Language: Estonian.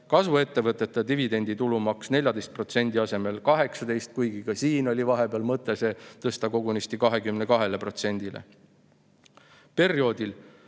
Kasvuettevõtete dividendi tulumaks 14% asemel 18%, kuigi ka siin oli vahepeal mõte see tõsta kogunisti 22%‑le.